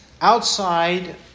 outside